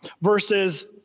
versus